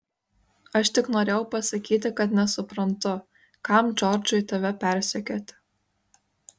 aš tik norėjau pasakyti kad nesuprantu kam džordžui tave persekioti